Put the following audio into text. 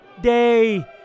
day